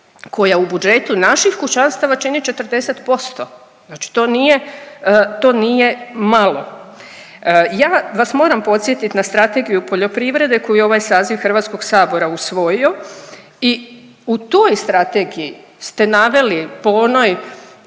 koja u budžetu naših kućanstava čini 40%, znači to nije malo. Ja vas moram podsjetit na Strategiju poljoprivrede koju ovaj saziv HS-a usvojio i u toj strategiji ste naveli po onoj